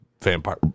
vampire